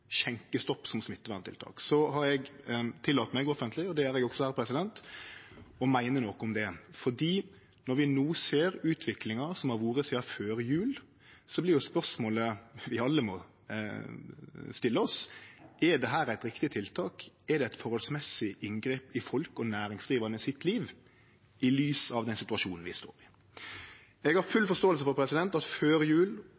skjenkestopp som smitteverntiltak, har eg tillate meg offentleg, og det gjer eg også her, å meine noko om det, for når vi ser utviklinga som har vore sidan før jul, vert spørsmålet vi alle må stille oss, om dette er eit riktig tiltak, om det er eit forholdsmessig inngrep i livet til folk og for næringslivet, i lys av den situasjonen vi står i. Eg har full forståing for at det var svært stor usikkerheit før jul.